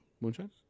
Moonshine